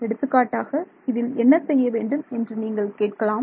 எடுத்துக்காட்டாக இதில் என்ன செய்ய வேண்டும் என்று நீங்கள் கேட்கலாம்